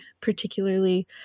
particularly